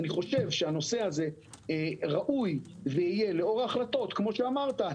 אני חושב שהנושא הזה ראוי ויהיה לאור ההחלטות כמו שאמרת,